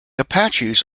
apaches